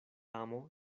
amo